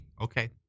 Okay